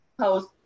post